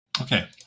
Okay